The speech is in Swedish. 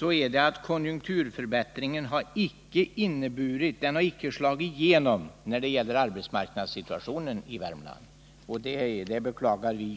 detta — är att konjunkturförbättringen icke har slagit igenom när det gäller arbetsmarknadssituationen i Värmland, vilket vi djupt beklagar.